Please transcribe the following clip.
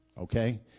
okay